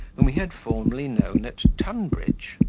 whom he had formerly known at tunbridge.